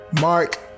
Mark